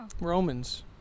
Romans